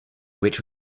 which